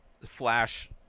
flash